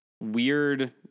weird